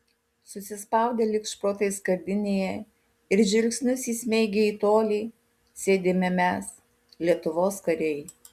susispaudę lyg šprotai skardinėje ir žvilgsnius įsmeigę į tolį sėdime mes lietuvos kariai